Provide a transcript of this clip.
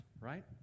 right